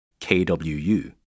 KWU